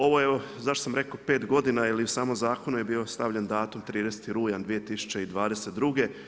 Ovo je, zašto sam rekao 5 godina ili u samom zakonu je bio stavljen datum 30. rujan 2022.